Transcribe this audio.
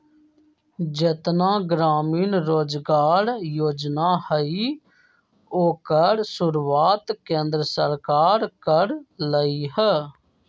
जेतना ग्रामीण रोजगार योजना हई ओकर शुरुआत केंद्र सरकार कर लई ह